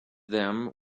them